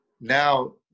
now